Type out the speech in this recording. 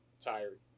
tired